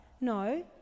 No